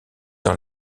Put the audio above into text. dans